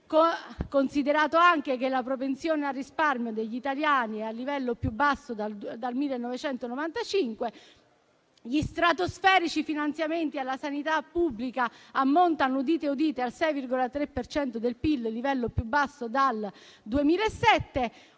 considerato anche che la propensione al risparmio degli italiani è al livello più basso dal 1995 e che gli stratosferici finanziamenti alla sanità pubblica - udite, udite - ammontano al 6,3 per cento del PIL, il livello più basso dal 2007.